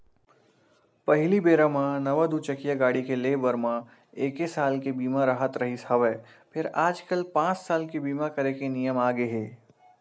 पहिली बेरा म नवा दू चकिया गाड़ी के ले बर म एके साल के बीमा राहत रिहिस हवय फेर आजकल पाँच साल के बीमा करे के नियम आगे हे